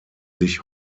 sich